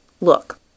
look